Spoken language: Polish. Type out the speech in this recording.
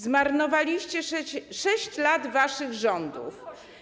Zmarnowaliście 6 lat waszych rządów.